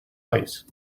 ice